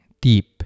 deep